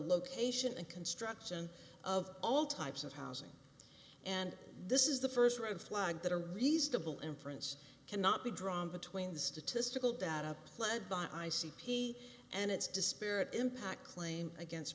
location and construction of all types of housing and this is the first red flag that a reasonable inference cannot be drawn between the statistical data led by i c p and its disparate impact claim against